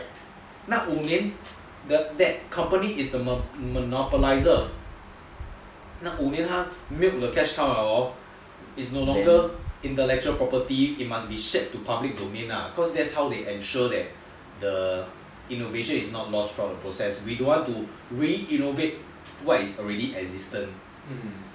那五年 that company is the monopoliser 那五年他 milk the cash cow liao hor is no longer intellectual property it must be shared with public domain cause that's how they ensure that the innovation is not lost in the process if you want to continue innovate what is already existent